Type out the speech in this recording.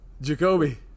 Jacoby